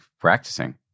practicing